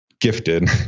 gifted